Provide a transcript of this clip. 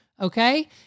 Okay